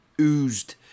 oozed